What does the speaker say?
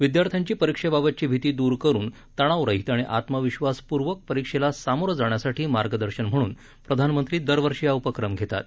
विद्यार्थ्यांची परीक्षेबाबतची भीती दूर करून तणावरहित आणि आत्मविश्वासपूर्वक परीक्षेला सामोरं जाण्यासाठी मार्गदर्शन म्हणून प्रधानमंत्री दरवर्षी हा उपक्रम घेतात